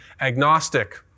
agnostic